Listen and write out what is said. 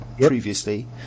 previously